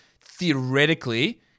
theoretically